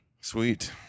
sweet